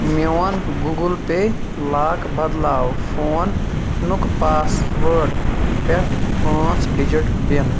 میٛون گوٗگٕل پیٚے لاک بدلاو فونُک پاسوٲرٕڈ پٮ۪ٹھ پانٛژھ ڈِجِٹ پِن